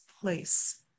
place